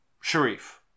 Sharif